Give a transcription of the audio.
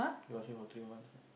it was there for three months